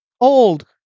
old